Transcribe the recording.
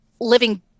living